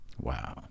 wow